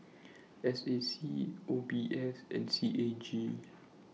S A C O B S and C A G